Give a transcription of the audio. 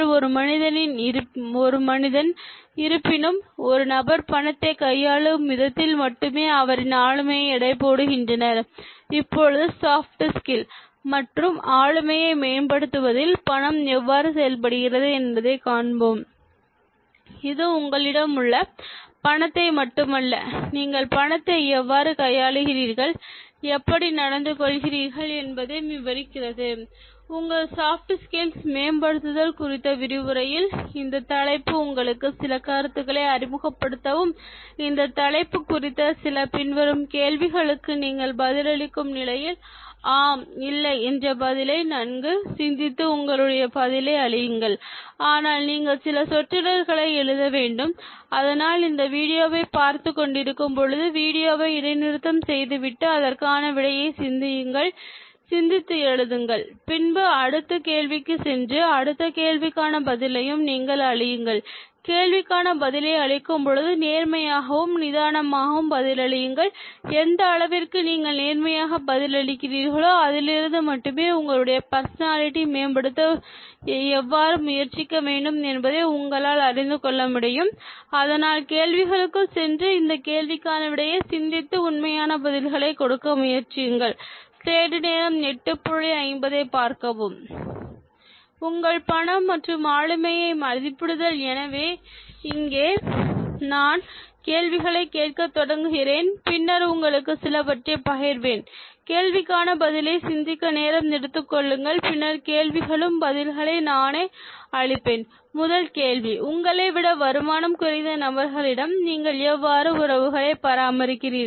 ஒரு மனிதன் இருப்பினும் ஒரு நபர் பணத்தை கையாளும் விதத்தில் மட்டுமே அவரின் ஆளுமையை எடைபோடுகின்றனர் இப்பொழுது சாப்ஃட் ஸ்கில் மற்றும் ஆளுமையை மேம்படுத்துவதில் பணம் எவ்வாறு செயல்படுகிறது என்பதை காண்போம் இது உங்களிடம் உள்ள பணத்தை மட்டுமல்ல நீங்கள் பணத்தை எவ்வாறு கையாளுகிறீர்கள் எப்படி நடந்து கொள்கிறீர்கள் என்பதையும் விவரிக்கிறது உங்கள் சாப்ஃட் ஸ்கில்லை மேம்படுத்துதல் குறித்த விரிவுரையில் இந்த தலைப்பு உங்களுக்கு சில கருத்துக்களை அறிமுகப்படுத்தவும் இந்த தலைப்பு குறித்த சில பின்வரும்கேள்விகளுக்கு நீங்கள் பதிலளிக்கும் நிலையில் ஆம் இல்லை என்ற பதிலை நன்கு சிந்தித்து உங்களுடைய பதிலை அளியுங்கள் ஆனால் நீங்கள் சில சொற்றொடர்களை எழுத வேண்டும் அதனால் இந்த வீடியோவை பார்த்துக் கொண்டிருக்கும் பொழுது வீடியோவை இடைநிறுத்தம் செய்து விட்டு அதற்கான விடையை சிந்தித்து எழுதுங்கள் பின்பு அடுத்த கேள்விக்கு சென்று அடுத்த கேள்விக்கான பதிலையும் அளியுங்கள் கேள்விகளுக்கான பதிலை அளிக்கும் பொழுது நேர்மையாகவும் நிதானமாகவும் பதிலளியுங்கள் எந்த அளவிற்கு நீங்கள் நேர்மையாக பதில் அளிக்கிறீர்களோ அதிலிருந்து மட்டுமே உங்களுடைய பர்சனாலிட்டி மேம்படுத்த எவ்வாறு முயற்சிக்க வேண்டும் என்பதை உங்களால் அறிந்துகொள்ள முடியும் அதனால் கேள்விகளுக்குள் சென்று இந்த கேள்விக்கான விடையை சிந்தித்து உண்மையான பதில்களை கொடுக்க முயற்சியுங்கள் உங்கள் பணம் மற்றும் ஆளுமையை மதிப்பிடுதல் எனவே இங்கு நான் கேள்விகளை கேட்க தொடங்குகிறேன் பின்னர் உங்களுக்கு சிலவற்றை பகிர்வேன் கேள்விகளுக்கான பதிலை சிந்திக்க நேரம் எடுத்துக் கொள்ளுங்கள் பின்னர் கேள்விகளுக்கும் பதில்களை நானே அளிப்பேன் முதல் கேள்வி உங்களை விட வருமானம் குறைந்த நபர்களிடம் நீங்கள் எவ்வாறு உறவுகளை பராமரிக்கிறீர்கள்